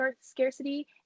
scarcity